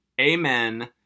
Amen